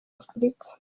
afurika